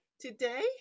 Today